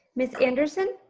miss anderson?